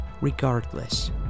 Regardless